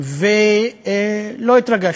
ולא התרגשתי.